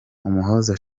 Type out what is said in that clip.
umuhoza